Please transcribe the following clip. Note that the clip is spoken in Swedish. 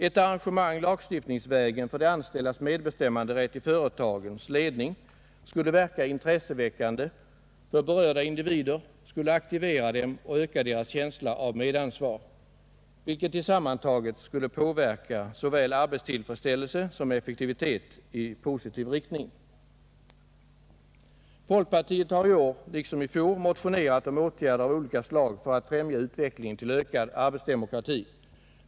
Ett arrangemang lagstiftningsvägen för de anställdas medbestämmanderätt i företagens ledning skulle verka intresseväckande för berörda individer, skulle aktivera dem och öka deras känsla av medansvar, vilket tillsammantaget skulle påverka såväl arbetstillfredsställelse som effektivitet i positiv riktning. Folkpartiet har i år, liksom i fjol, motionerat om åtgärder av olika slag för att främja utvecklingen till ökad arbetsdemokrati.